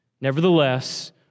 Nevertheless